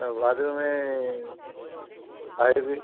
তা বাথরুমের